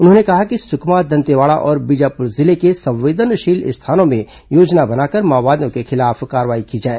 उन्होंने कहा कि सुकमा दंतेवाड़ा और बीजापुर जिले के संवेदनशील स्थानों में योजना बनाकर माओवादियों के खिलाफ कार्रवाई की जाए